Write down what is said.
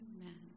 amen